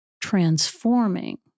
Transforming